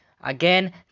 Again